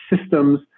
systems